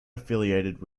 affiliated